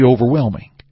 overwhelming